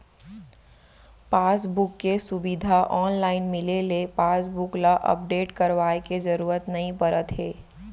passbook के सुबिधा online मिले ले पासबुक ल अपडेट करवाए के जरूरत नइ परत हे